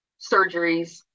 surgeries